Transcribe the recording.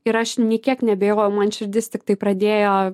ir aš nė kiek neabejoju man širdis tiktai pradėjo